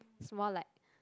more like